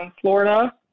Florida